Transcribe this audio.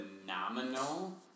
phenomenal